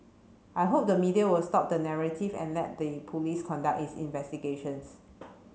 I hope the media will stop the narrative and let the police conduct its investigations